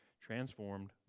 transformed